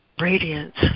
radiance